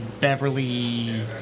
Beverly